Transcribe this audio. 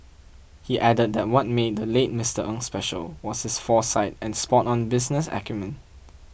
he added that what made the late Mister Ng special was his foresight and spot on business acumen